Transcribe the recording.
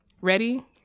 ready